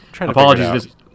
apologies